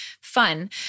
fun